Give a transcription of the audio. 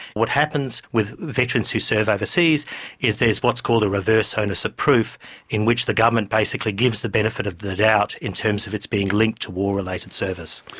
what happens with veterans who serve overseas is there's what is called a reverse onus of proof in which the government basically gives the benefit of the doubt in terms of its being linked to war related service.